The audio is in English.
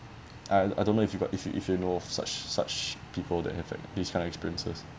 I I don't know if you got if you if you know of such such people that have had this kind of experiences